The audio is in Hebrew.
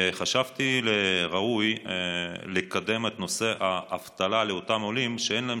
חשבתי שראוי לקדם את נושא האבטלה לאותם עולים שאין להם